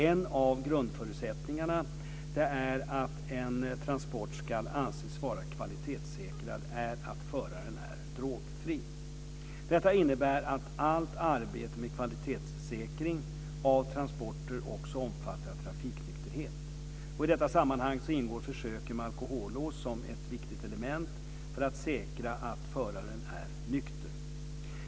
En av grundförutsättningarna för att en transport ska anses vara kvalitetssäkrad är att föraren är drogfri. Detta innebär att allt arbete med kvalitetssäkring av transporter också omfattar trafiknykterhet. I detta sammanhang ingår försöken med alkolås som ett viktigt element för att säkra att föraren är nykter.